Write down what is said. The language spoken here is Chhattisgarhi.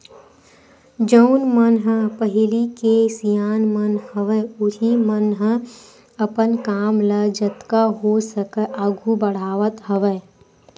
जउन मन ह पहिली के सियान मन हवय उहीं मन ह अपन काम ल जतका हो सकय आघू बड़हावत हवय